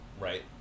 right